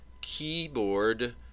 keyboard